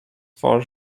for